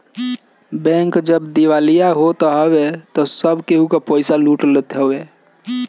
bank जब दिवालिया हो जात हवे तअ सब केहू के पईसा लूट लेत हवे